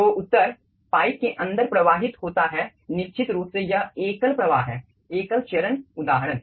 तो उत्तर पाइप के अंदर प्रवाहित होता है निश्चित रूप से यह एकल प्रवाह है एकल चरण उदाहरण